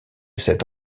cette